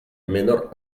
menor